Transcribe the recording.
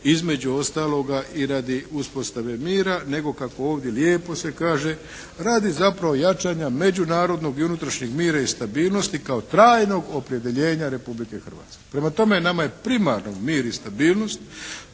između ostaloga i radi uspostave mira nego kako ovdje lijepo se kaže radi zapravo: «Jačanja međunarodnog i unutrašnjeg mira i stabilnosti kao trajnog opredjeljenja Republike Hrvatske». Prema tome nama je primarno mir i stabilnost,